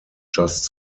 just